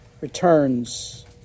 returns